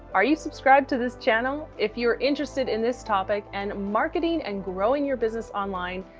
are you subscribed to this channel? if you're interested in this topic and marketing and growing your business online,